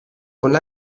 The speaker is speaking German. von